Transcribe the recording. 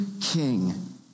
king